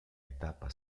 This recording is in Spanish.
etapa